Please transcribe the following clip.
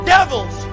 Devils